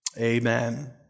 Amen